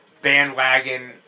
bandwagon